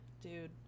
dude